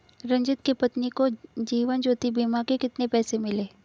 रंजित की पत्नी को जीवन ज्योति बीमा के कितने पैसे मिले?